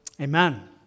Amen